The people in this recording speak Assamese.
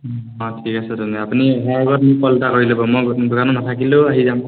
বাৰু ঠিক আছে তেনেহ'লে আপুনি আগত মোক কল এটা কৰি ল'ব মই দোকানত নাথাকিলেও আহি যাম